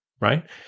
Right